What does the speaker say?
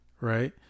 Right